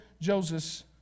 Joseph